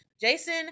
Jason